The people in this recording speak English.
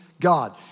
God